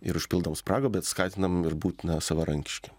ir užpildom spragą bet skatinam ir būti na savarankiškiem